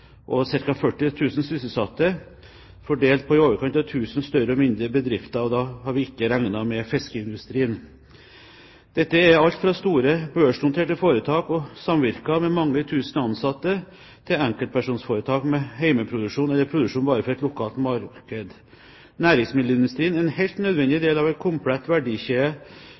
og ca. 40 000 sysselsatte fordelt på i overkant av 1 000 større og mindre bedrifter. Da har vi ikke regnet med fiskeindustrien. Dette er alt fra store børsnoterte foretak og samvirker med mange tusen ansatte til enkeltpersonforetak med hjemmeproduksjon eller produksjon bare for et lokalt marked. Næringsmiddelindustrien er en helt nødvendig del av en komplett verdikjede